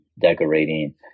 decorating